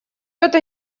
это